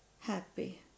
happy